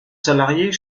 salariés